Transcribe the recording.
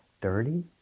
dirty